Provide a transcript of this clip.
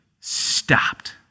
Stopped